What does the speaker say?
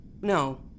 No